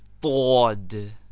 for the